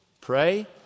Pray